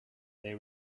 they